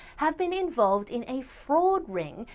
have been involved in a fraud ring,